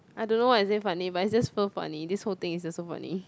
I don't know why is it funny but is just so funny this whole thing is just so funny